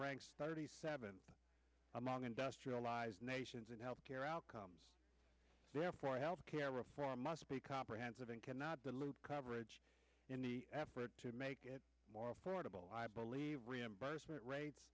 ranks thirty seventh among industrialized nations in health care outcomes therefore health care reform must be comprehensive and cannot live coverage in the effort to make it more affordable i believe reimbursement rates